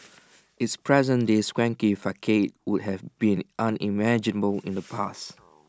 its present day swanky facade would have been unimaginable in the past